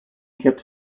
kept